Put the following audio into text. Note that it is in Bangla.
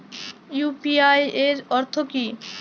ইউ.পি.আই এর অর্থ কি?